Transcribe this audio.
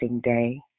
day